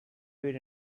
food